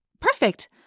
Perfect